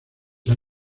han